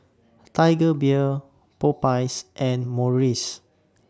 Tiger Beer Popeyes and Morries